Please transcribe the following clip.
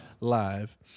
live